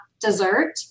dessert